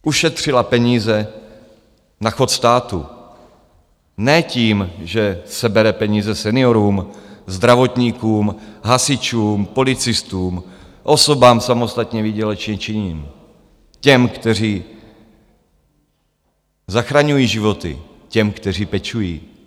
Ušetřila peníze na chod státu ne tím, že sebere peníze seniorům, zdravotníkům, hasičům, policistům, osobám samostatně výdělečně činným, těm, kteří zachraňují životy, těm, kteří pečují.